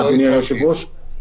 אדוני היושב-ראש,